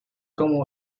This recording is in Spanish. como